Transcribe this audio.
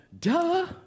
duh